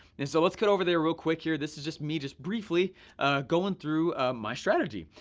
and so, let's cut over there real quick here. this is just me just briefly going through my strategy,